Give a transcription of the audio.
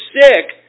sick